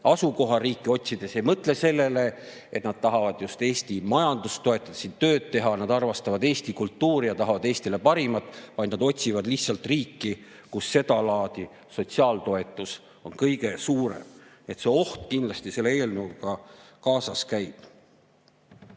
asukohariiki otsides ei mõtle sellele, et nad tahavad just Eesti majandust toetada, siin tööd teha, et nad armastavad Eesti kultuuri ja tahavad Eestile parimat, vaid nad otsivad lihtsalt riiki, kus seda laadi sotsiaaltoetus oleks kõige suurem. See oht kindlasti selle eelnõuga kaasas käib.